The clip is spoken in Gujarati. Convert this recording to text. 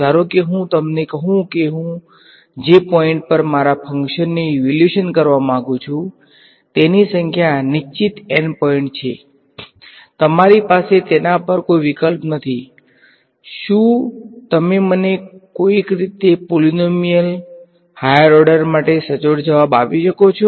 ધારો કે હું તમને કહું કે હું જે પોઈંટ પર મારા ફંક્શનનુ ઈવેલ્યુએશન કરવા માંગું છું તેની સંખ્યા નિશ્ચિત N પોઈન્ટ છે તમારી પાસે તેના પર કોઈ વિકલ્પ નથી શું તમે મને કોઈક રીતે પોલીનોમીયલ હાયર ઓર્ડર માટે સચોટ જવાબ આપી શકો છો